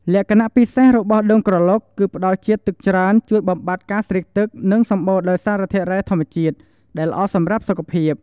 លក្ខណៈពិសេសរបស់ដូងក្រឡុក គឺផ្ដល់ជាតិទឹកច្រើន ជួយបំបាត់ការស្រេកទឹក និងសម្បូរដោយសារធាតុរ៉ែធម្មជាតិ ដែលល្អសម្រាប់សុខភាព។